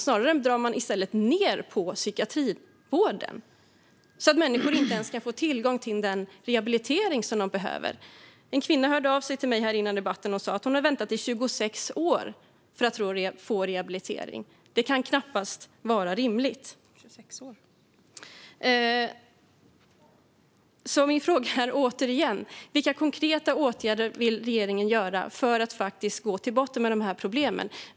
Snarare drar man ned på psykiatrivården så att människor inte ens kan få tillgång till den rehabilitering de behöver. En kvinna hörde av sig till mig före denna debatt och sa att hon har väntat i 26 år på att få rehabilitering. Detta kan knappast vara rimligt. Min fråga är återigen: Vilka konkreta åtgärder vill regeringen vidta för att gå till botten med dessa problem?